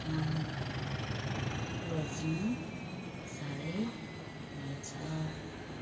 काम रोज्नु साह्रै पर्छ